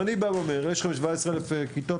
אני אומר: יש לכם 17,000 כיתות.